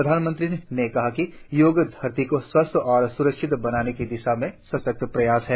प्रधानमंत्री ने कहा कि योग धरती को स्वस्थ और स्रक्षित बनाने की दिशा में सशक्त प्रयास है